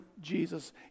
Jesus